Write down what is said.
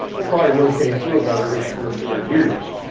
they probably rotate through about every three or four years,